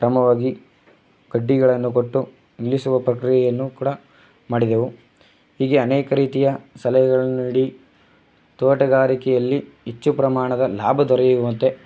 ಕ್ರಮವಾಗಿ ಕಡ್ಡಿಗಳನ್ನು ಕೊಟ್ಟು ನಿಲ್ಲಿಸುವ ಪ್ರಕ್ರಿಯೆಯನ್ನು ಕೂಡ ಮಾಡಿದೆವು ಹೀಗೆ ಅನೇಕ ರೀತಿಯ ಸಲಹೆಗಳನ್ನು ನೀಡಿ ತೋಟಗಾರಿಕೆಯಲ್ಲಿ ಹೆಚ್ಚು ಪ್ರಮಾಣದ ಲಾಭ ದೊರೆಯುವಂತೆ